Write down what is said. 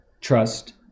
trust